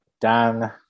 Dan